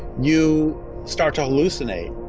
you start to hallucinate.